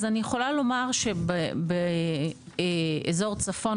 אז אני יכולה לומר שבאזור צפון,